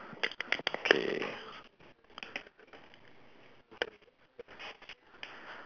okay